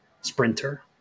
sprinter